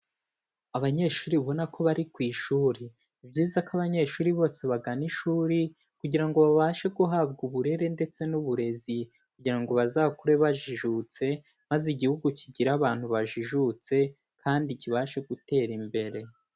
Abanyeshuri ubona ko bari ku ishuri. Ni byiza ko abanyeshuri bose bagana ishuri, kugira ngo babashe guhabwa uburere ndetse n'uburezi, kugira ngo bazakure bajijutse, maze Igihugu kigire abantu bajijutse, kandi kibashe gutera imbere.